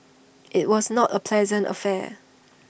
IT was not A pleasant affair